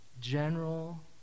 general